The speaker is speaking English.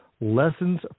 Lessons